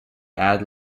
add